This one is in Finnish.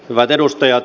hyvät edustajat